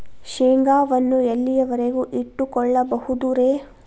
ಶೇಂಗಾವನ್ನು ಎಲ್ಲಿಯವರೆಗೂ ಇಟ್ಟು ಕೊಳ್ಳಬಹುದು ರೇ?